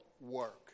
work